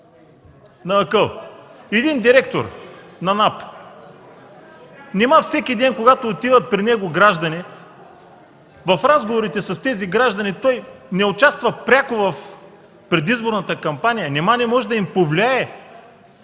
акъла – един директор на НАП нима всеки ден, когато отиват при него граждани, в разговорите с тях той не участва пряко в предизборната кампания? Нима не може да им повлияе?!